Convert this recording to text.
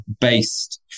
based